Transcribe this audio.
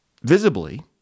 visibly